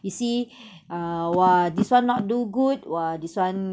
you see ah !wah! this one not do good !wah! this one